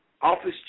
office